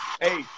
Hey